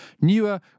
newer